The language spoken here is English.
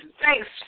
Thanks